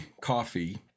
Coffee